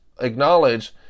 acknowledge